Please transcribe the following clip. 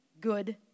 good